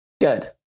Good